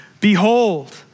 Behold